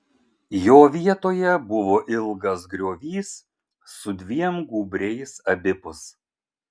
jo vietoje buvo ilgas griovys su dviem gūbriais abipus